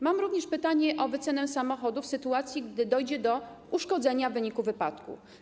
Mam również pytanie o wycenę samochodu w sytuacji, gdy dojdzie do jego uszkodzenia w wyniku wypadku.